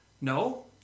No